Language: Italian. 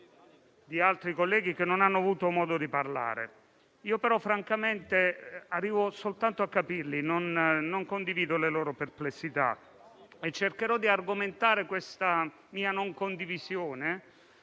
di altri colleghi, che non hanno avuto modo di parlare. Francamente però arrivo soltanto a capirli, ma non condivido le loro perplessità e cercherò di argomentare questa mia non condivisione,